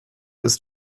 ist